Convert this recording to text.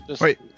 Wait